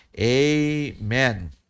Amen